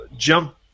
jump